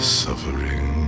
suffering